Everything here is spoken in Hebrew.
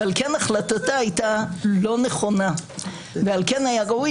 ועל כן החלטתה לא הייתה נכונה ועל כן היה ראוי